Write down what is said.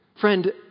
Friend